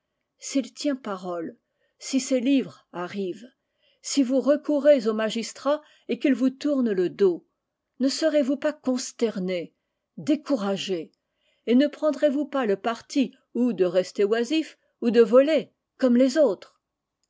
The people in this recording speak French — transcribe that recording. s'il tient parole si ces livres arrivent si vous recourez au magistrat et qu'il vous tourne le dos ne serez-vous pas consterné découragé et ne prendrez-vous pas le parti ou de rester oisif ou de voler comme les autres